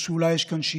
או שאולי יש כאן שיטה?